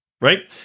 Right